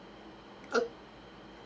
okay